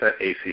AC